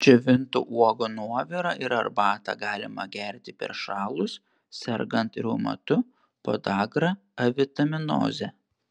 džiovintų uogų nuovirą ir arbatą galima gerti peršalus sergant reumatu podagra avitaminoze